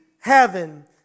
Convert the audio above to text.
heaven